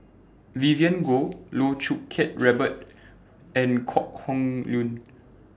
Vivien Goh Loh Choo Kiat Robert and Kok Heng Leun